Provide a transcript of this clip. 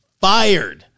fired